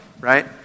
right